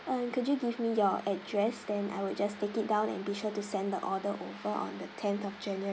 err could you give me your address then I will just take it down and be sure to send the order over on the tenth of january